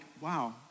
wow